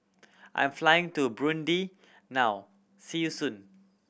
I am flying to Burundi now see you soon